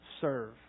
serve